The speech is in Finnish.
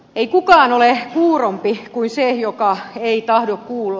ei kukaan ole kuurompi kuin se joka ei tahdo kuulla